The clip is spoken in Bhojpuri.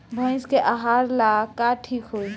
भइस के आहार ला का ठिक होई?